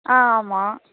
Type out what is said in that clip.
ஆ ஆமாம்